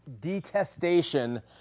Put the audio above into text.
detestation